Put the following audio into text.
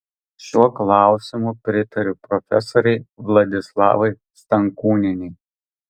šiuo klausimu pritariu profesorei vladislavai stankūnienei